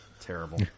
Terrible